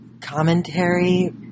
commentary